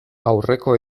aurreko